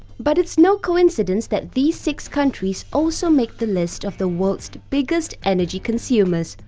but it's no coincidence that these six countries also make the list of the world's biggest energy consumers,